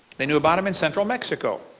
they knew about them in central mexico.